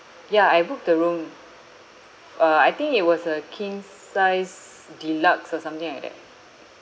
ya I booked a room uh I think it was a king sized deluxe or something like that